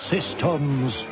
Systems